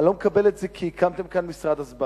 אני לא מקבל את זה, כי הקמתם כאן משרד הסברה,